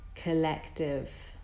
Collective